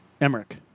Emmerich